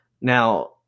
Now